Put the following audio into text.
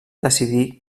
decidir